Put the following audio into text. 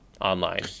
online